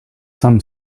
some